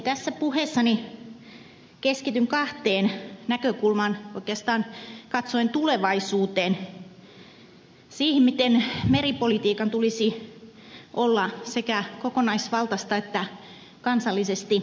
tässä puheessani keskityn kahteen näkökulmaan oikeastaan katsoen tulevaisuuteen siihen miten meripolitiikan tulisi olla sekä kokonaisvaltaista että kansallisesti merikeskeistä